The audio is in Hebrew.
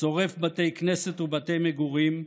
שורף בתי כנסת ובתי מגורים,